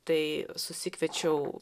tai susikviečiau